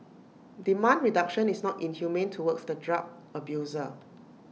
demand reduction is not inhumane towards the drug abuser